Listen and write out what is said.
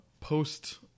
post